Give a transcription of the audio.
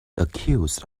accused